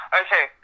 okay